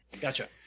Gotcha